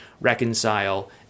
reconcile